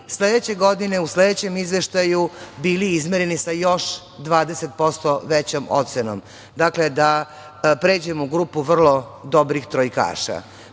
sledeće godine u sledećem izveštaju bili izmereni sa još 20% većom ocenom. Dakle, da pređemo grupu vrlo dobrih trojkaša. Mada